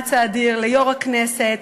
המאמץ האדיר, ליושב-ראש הכנסת,